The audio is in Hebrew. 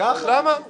למה כוללות?